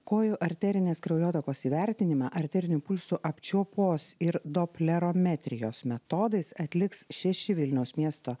kojų arterinės kraujotakos įvertinime arterinio pulso apčiuopos ir doplerometrijos metodais atliks šeši vilniaus miesto